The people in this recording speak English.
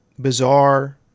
bizarre